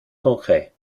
concrets